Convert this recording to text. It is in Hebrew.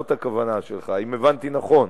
זאת הכוונה שלך, אם הבנתי נכון.